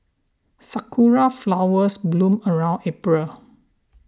sakura flowers bloom around April